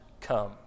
come